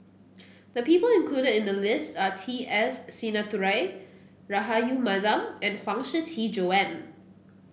the people included in the list are T S Sinnathuray Rahayu Mahzam and Huang Shiqi Joan